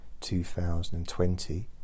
2020